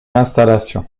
installation